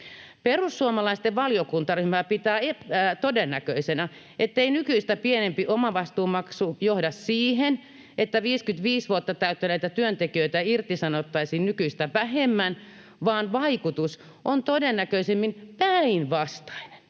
Perussuomalaisten valiokuntaryhmä pitää todennäköisenä, ettei nykyistä pienempi omavastuumaksu johda siihen, että 55 vuotta täyttäneitä työntekijöitä irtisanottaisiin nykyistä vähemmän, vaan vaikutus on todennäköisimmin päinvastainen.